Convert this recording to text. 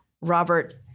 Robert